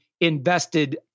invested